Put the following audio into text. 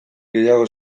gehiago